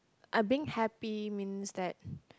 uh being happy means that